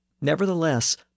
Nevertheless